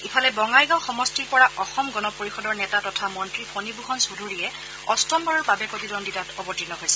ইফালে বঙাইগাঁও সমষ্টিৰ পৰা অসম গণ পৰিষদৰ নেতা তথা মন্ত্ৰী ফণীভূষণ চৌধুৰীয়ে অষ্টমবাৰৰ বাবে প্ৰতিদ্বন্দ্বিতাত অৱতীৰ্ণ হৈছে